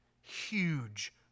Huge